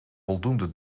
voldoende